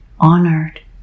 honored